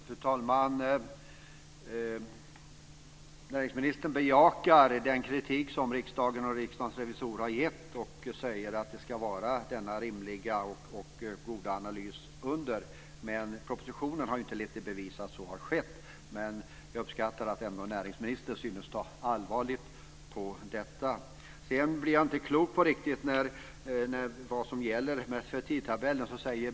Fru talman! Näringsministern bejakar den kritik som riksdagen och Riksdagens revisorer har gett och säger att det ska vara en rimlig och god analys, men propositionen har ju inte lett i bevis att det är så. Jag uppskattar att näringsministern ändå synes ta allvarligt på detta. Sedan blir jag inte riktigt klok på vad som gäller för tidtabellen.